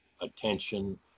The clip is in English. attention